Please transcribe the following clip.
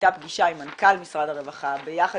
הייתה פגישה עם מנכ"ל משרד הרווחה ביחד